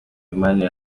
imibanire